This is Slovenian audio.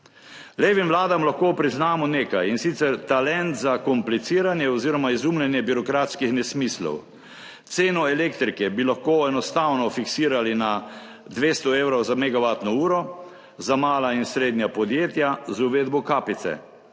Levim vladam lahko priznamo nekaj, in sicer talent za kompliciranje oziroma izumljanje birokratskih nesmislov. Ceno elektrike bi lahko enostavno fiksirali na 200 evrov za megavatno uro za mala in srednja podjetja z uvedbo kapice.